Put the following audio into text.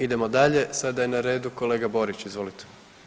Idemo dalje, sada je na redu kolega Borić, izvolite.